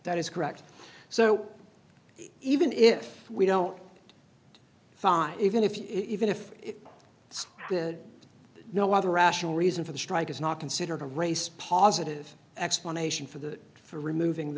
that is correct so even if we don't even if you even if it's the no other rational reason for the strike is not considered a race positive explanation for the for removing